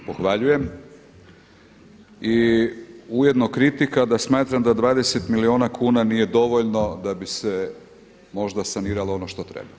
Pohvaljujem i ujedno kritika da smatram da 20 milijuna kuna nije dovoljno da bi se možda saniralo ono što treba.